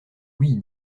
oui